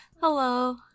Hello